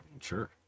Sure